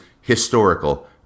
historical